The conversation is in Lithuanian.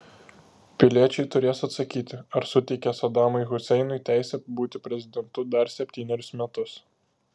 piliečiai turės atsakyti ar suteikia sadamui huseinui teisę būti prezidentu dar septynerius metus